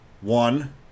One